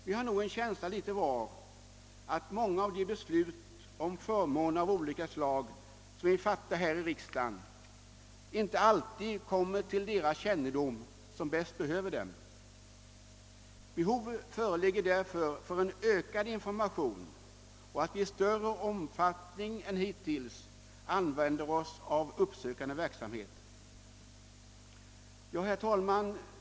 Vi har nog litet till mans en känsla av att många av de beslut om nya förmåner av olika slag som fattas här i riksdagen inte alltid kommer till kännedom hos dem som bäst behöver förmånerna. Det föreligger därför behov av en ökad information, och vi bör i större omfattning än hittills använda oss av en uppsökande verksamhet. Herr talman!